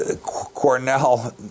Cornell